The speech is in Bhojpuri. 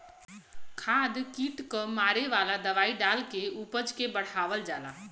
खाद कीट क मारे वाला दवाई डाल के उपज के बढ़ावल जाला